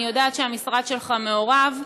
אני יודעת שהמשרד שלך מעורב,